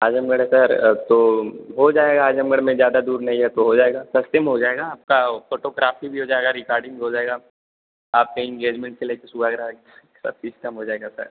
आजमगढ़ है सर तो हो जाएगा आजमगढ़ में ज्यादा दूर नहीं है तो हो जाएगा सस्ते में हो जाएगा आपका फोटोग्राफी भी हो जाएगा रिकार्डिंग भी हो जाएगा आपका इंगेजमेंट से लेके सुहागरात सब सिस्टम हो जाएगा सर